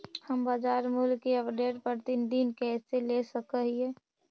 हम बाजार मूल्य के अपडेट, प्रतिदिन कैसे ले सक हिय?